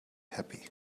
happy